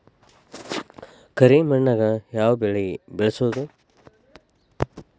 ಕರಿ ಮಣ್ಣಾಗ್ ಯಾವ್ ಬೆಳಿ ಬೆಳ್ಸಬೋದು?